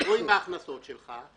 רואים מה ההכנסות שלך,